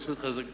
או